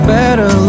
better